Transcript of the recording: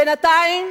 בינתיים